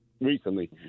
recently